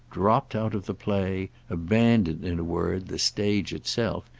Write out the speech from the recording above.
dropped out of the play, abandoned, in a word, the stage itself,